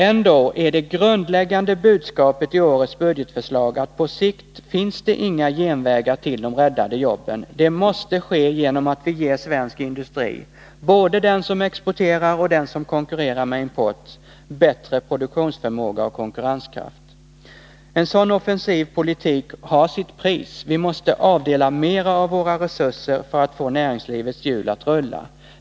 Ändå är det grundläggande budskapet i årets budgetförslag att på sikt finns det inga genvägar till att rädda jobben; det måste ske genom att vi ger svensk industri — både den som exporterar och den som konkurrerar med import — bättre produktionsförmåga och konkurrenskraft. En sådan offensiv politik harsitt pris. Vi måste avdela mera av våra resurser för att få näringslivets hjul att rulla.